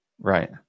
right